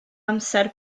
amser